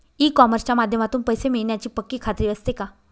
E कॉमर्सच्या माध्यमातून पैसे मिळण्याची पक्की खात्री असते का?